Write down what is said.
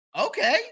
okay